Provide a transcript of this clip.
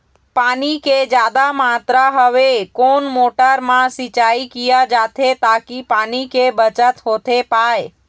पानी के जादा मात्रा हवे कोन मोटर मा सिचाई किया जाथे ताकि पानी के बचत होथे पाए?